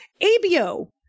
ABO